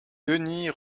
denys